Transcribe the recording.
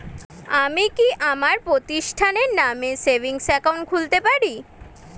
আমি কি আমার প্রতিষ্ঠানের নামে সেভিংস একাউন্ট খুলতে পারি?